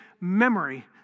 memory